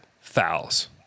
fouls